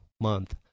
month